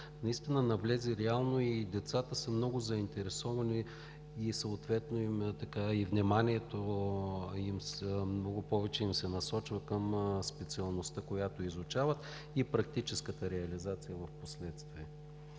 организират, навлезе реално и децата са много заинтересовани съответно и вниманието им много повече се насочва към специалността, която изучават, и практическата реализация впоследствие.